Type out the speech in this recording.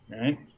Right